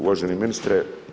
Uvaženi ministre.